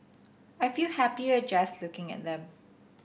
I feel happier just looking at them